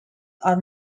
are